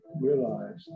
realized